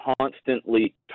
constantly